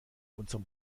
unserem